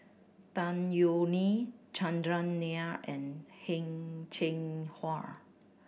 Tan Yeok Nee Chandran Nair and Heng Cheng Hwa